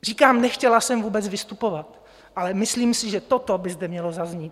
Říkám, nechtěla jsem vůbec vystupovat, ale myslím si, že toto by zde mělo zaznít.